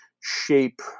shape